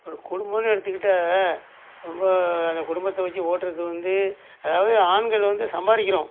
ஒரு குடும்பம்ன்னு எடுத்துக்கிட்டா இப்போ அந்த குடும்பத்தை வச்சு ஓட்டுறது வந்து அதாவது ஆண்கள் வந்து சம்பாதிக்கிறோம்